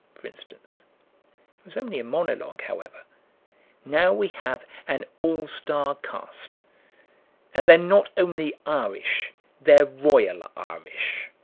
for instance. it was only a monologue, however now we have an all-star cast and they're not only irish they're royal irish.